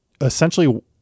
essentially